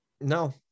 no